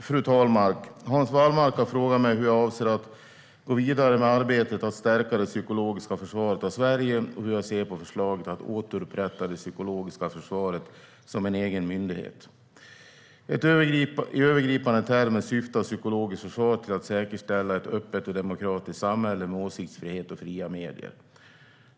Fru talman! Hans Wallmark har frågat mig hur jag avser gå vidare med arbetet att stärka det psykologiska försvaret av Sverige och hur jag ser på förslaget att återupprätta det psykologiska försvaret som egen myndighet. I övergripande termer syftar psykologiskt försvar till att säkerställa ett öppet och demokratiskt samhälle med åsiktsfrihet och fria medier.